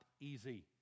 easy